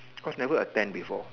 cause never attend before